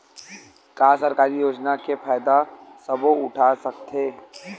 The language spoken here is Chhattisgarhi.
का सरकारी योजना के फ़ायदा सबो उठा सकथे?